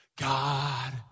God